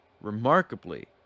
remarkably